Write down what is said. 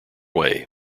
way